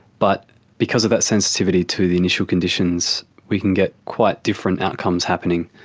but because of that sensitivity to the initial conditions, we can get quite different outcomes happening,